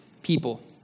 people